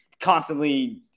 constantly